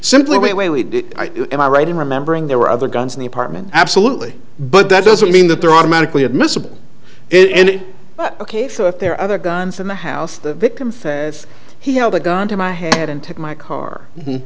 simply wait wait wait am i right in remembering there were other guns in the apartment absolutely but that doesn't mean that they're automatically admissible it ok so if there are other guns in the house the victim fifth he held a gun to my head and took my car